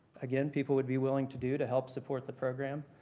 again, people would be willing to do to help support the program.